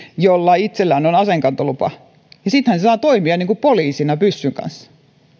jolla itsellään on aseenkantolupa ja sittenhän hän saa toimia niin kuin poliisina pyssyn kanssa